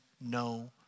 no